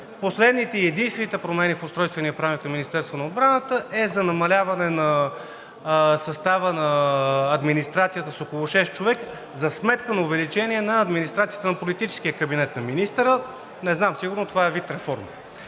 Последната и единствена променя в Устройствения правилник на Министерството на отбраната е за намаляване на състава на администрацията с около шест човека, за сметка на увеличение на администрацията на политическия кабинет на министъра. Не знам, сигурно това е вид реформа.